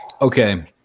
Okay